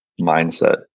mindset